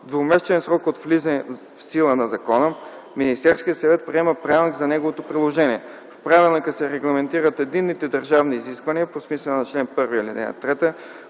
двумесечен срок от влизане в сила на закона, Министерският съвет приема правилник за неговото приложение. В правилника се регламентират единните държавни изисквания по смисъла на чл. 1, ал. 3,